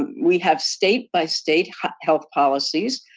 we have state by state health policies.